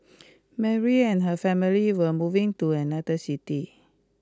Mary and her family were moving to another city